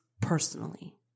personally